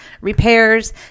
repairs